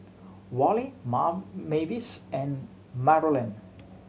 Worley Mavis and Marolyn